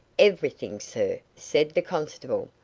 everything, sir, said the constable,